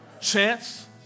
chance